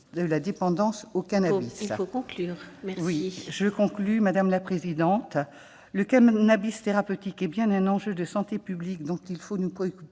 ou addictif du cannabis. Il faut conclure ! Je conclus, madame la présidente. Le cannabis thérapeutique est bien un enjeu de santé publique dont nous devons nous préoccuper.